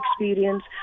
experience